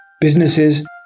businesses